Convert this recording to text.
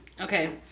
Okay